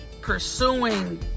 pursuing